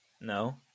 no